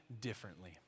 differently